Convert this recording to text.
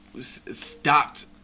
stopped